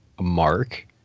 Mark